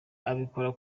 abikora